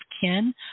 Ken